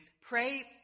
pray